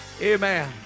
Amen